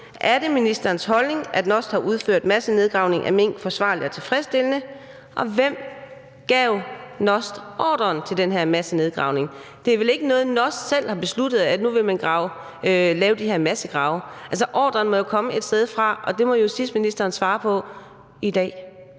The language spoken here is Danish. om det er ministerens holdning, at NOST har udført massenedgravningen af mink forsvarligt og tilfredsstillende, og hvem der gav NOST ordren til den her massenedgravning. Det er vel ikke noget, NOST selv har besluttet, altså at nu vil man lave de her massegrave? Ordren må jo komme et sted fra, og det må justitsministeren svare på i dag.